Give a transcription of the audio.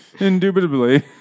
Indubitably